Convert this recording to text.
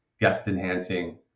guest-enhancing